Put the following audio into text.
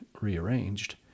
rearranged